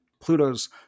Pluto's